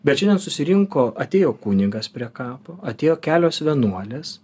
bet šiandien susirinko atėjo kunigas prie kapo atėjo kelios vienuolės